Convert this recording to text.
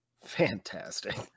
fantastic